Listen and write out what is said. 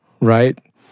right